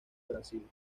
brasil